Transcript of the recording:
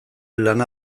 lana